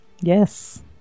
Yes